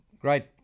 great